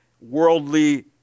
worldly